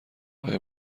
آیا